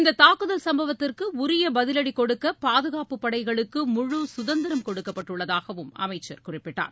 இந்த தாக்குதல் சம்பவத்திற்கு உரிய பதிவடி கொடுக்க பாதுகாப்புப் படைகளுக்கு முழு கதந்திரம் கொடுக்கப்பட்டுள்ளதாகவும் அமைச்சர் குறிப்பிட்டார்